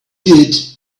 did